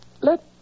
Let